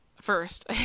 first